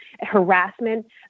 harassment